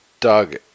Doug